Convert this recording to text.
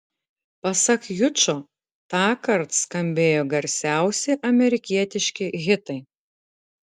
pasak jučo tąkart skambėjo garsiausi amerikietiški hitai